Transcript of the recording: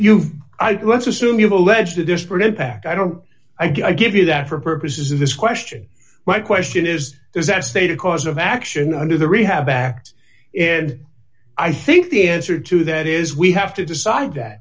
you've i q s assume you've alleged a disparate impact i don't i give you that for purposes of this question my question is is that state a cause of action under the rehab act and i think the answer to that is we have to decide that